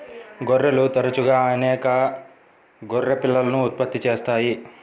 గొర్రెలు తరచుగా అనేక గొర్రె పిల్లలను ఉత్పత్తి చేస్తాయి